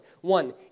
One